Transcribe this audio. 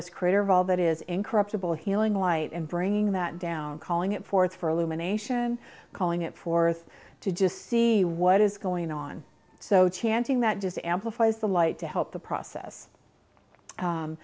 ss creator of all that is incorruptible healing light and bringing that down calling it forth for illumination calling it forth to just see what is going on so chanting that just amplifies the light to help the process